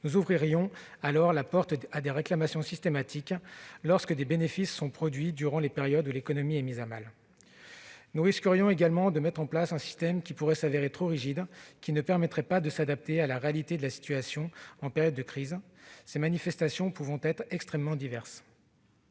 nous ouvririons la porte à des réclamations systématiques lorsque des bénéfices sont produits durant des périodes où l'économie est mise à mal. Nous risquerions également de mettre en place un système trop rigide, qui ne permettrait pas de s'adapter à la réalité de la situation, les manifestations d'une crise pouvant être extrêmement diverses.